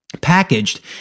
packaged